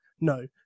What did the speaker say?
No